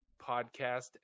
podcast